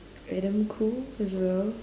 adam khoo as well